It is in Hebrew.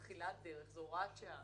בתחילת דרך זו הוראת שעה